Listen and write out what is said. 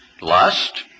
Lust